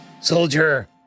Soldier